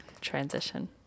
transition